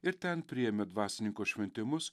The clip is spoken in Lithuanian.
ir ten priėmė dvasininko šventimus